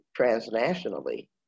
transnationally